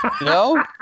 No